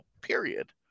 Period